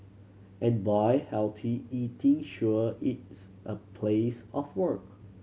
and boy healthy eating sure it's a place of work